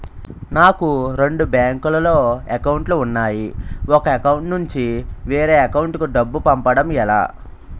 నాకు రెండు బ్యాంక్ లో లో అకౌంట్ లు ఉన్నాయి ఒక అకౌంట్ నుంచి వేరే అకౌంట్ కు డబ్బు పంపడం ఎలా?